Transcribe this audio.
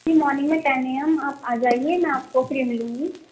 جی morning میں طے نہیں ہے آپ آ جائیے میں آپ کو اوپر ہی ملوں گی